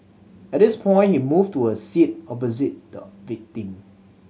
at this point he moved to a seat opposite the victim